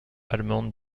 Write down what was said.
allemande